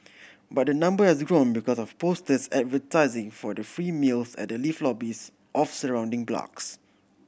but the number has grown because of posters advertising for the free meals at the lift lobbies of surrounding blocks